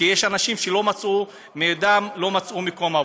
כי יש אנשים שלא מצאו מקום עבודה.